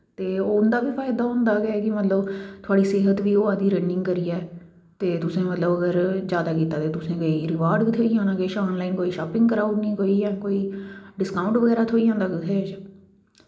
ते ओ उं'दा बी फायदा होंदा गै कि मतलव थुआढ़ा सेह्त बी होआ दी रनिंग करियै ते तुसें मतलव अगर जादा कीता ता तुसें गी रिबार्रड बी थ्होई जाना किश ऑनलाईन कोई शॉपिंग कराऊड़नी जां कोई डिस्काऊंट बगैरा थ्होई जंदा